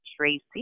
Tracy